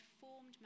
formed